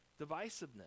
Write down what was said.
divisiveness